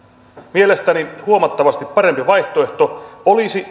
mielestäni huomattavasti parempi vaihtoehto olisi